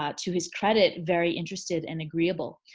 ah to his credit, very interested and agreeable.